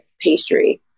pastry